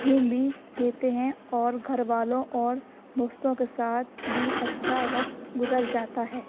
گھوم بھی لیتے ہیں اور گھر والوں اور دوستوں کے ساتھ بھی اچھا وقت گزر جاتا ہے